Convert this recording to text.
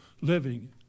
living